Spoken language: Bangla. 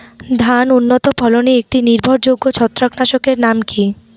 ধান উন্নত ফলনে একটি নির্ভরযোগ্য ছত্রাকনাশক এর নাম কি?